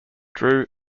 drew